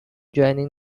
joining